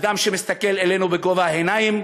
אדם שמסתכל עלינו בגובה העיניים,